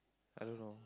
I don't know